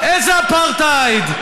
איזה אפרטהייד?